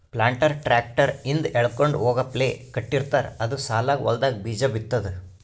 planter tractor ಹಿಂದ್ ಎಳ್ಕೊಂಡ್ ಹೋಗಪ್ಲೆ ಕಟ್ಟಿರ್ತಾರ್ ಅದು ಸಾಲಾಗ್ ಹೊಲ್ದಾಗ್ ಬೀಜಾ ಬಿತ್ತದ್